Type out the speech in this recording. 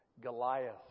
Goliath